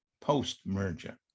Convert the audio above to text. post-merger